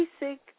basic